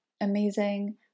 amazing